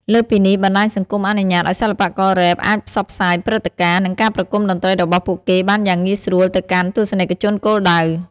លើសពីនេះ បណ្ដាញសង្គមអនុញ្ញាតឲ្យសិល្បកររ៉េបអាចផ្សព្វផ្សាយព្រឹត្តិការណ៍ និងការប្រគំតន្ត្រីរបស់ពួកគេបានយ៉ាងងាយស្រួលទៅកាន់ទស្សនិកជនគោលដៅ។